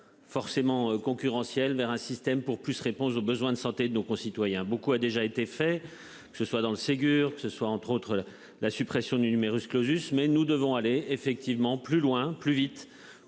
Forcément concurrentiel vers un système pour plus répondre aux besoins de santé de nos concitoyens beaucoup a déjà été fait, que ce soit dans le Ségur, que ce soit entre autres la suppression du numerus clausus. Mais nous devons aller effectivement plus loin, plus vite